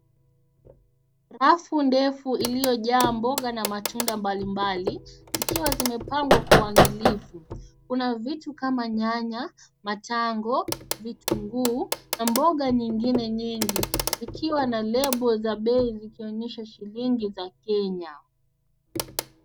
Rafu ndefu iliojaa mboga na matunda mbalimbali zikiwa zimepangwa kwa uandilifu. Kuna vitu kama nyanya, matango, vitunguu na mboga nyingine nyingi zikiwa na lebo za bei zikionyesha shilingi za Kenya.